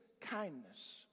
kindness